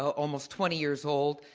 almost twenty years old,